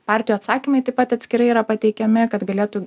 partijų atsakymai taip pat atskirai yra pateikiami kad galėtų